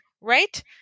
Right